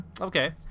Okay